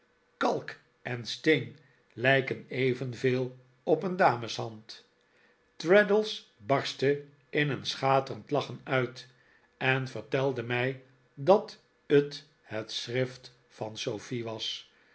kalk en steen lijken evenveel op een dameshand traddles barstte in een schaterend lachen david copperfield uit en vertelde mij dat t het schrift van sofie was